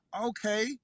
okay